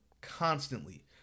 constantly